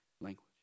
language